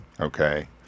okay